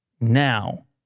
Now